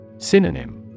Synonym